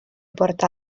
porta